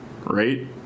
right